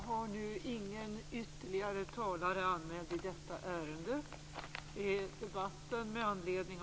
Fru talman!